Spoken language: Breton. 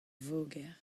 voger